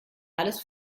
alles